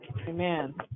Amen